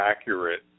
accurate